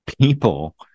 people